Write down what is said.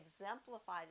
exemplify